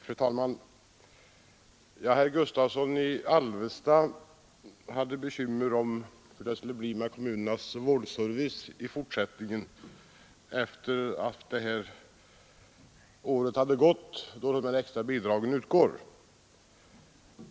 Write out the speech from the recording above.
Fru talman! Herr Gustavsson i Alvesta hade bekymmer för hur det skall bli med kommunernas vårdservice, när den period är slut under vilken extra bidrag utgår.